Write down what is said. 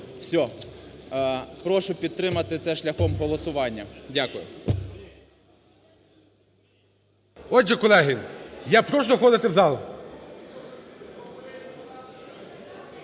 Все. Прошу підтримати це шляхом голосування. Дякую. ГОЛОВУЮЧИЙ. Отже, колеги, я прошу заходити в зал.